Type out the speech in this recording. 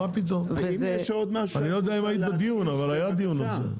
אני לא יודע אם היית בדיון, אבל היה דיון על זה.